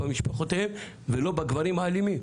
במשפחות האלה ולא בגברים האלימים.